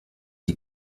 die